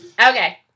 Okay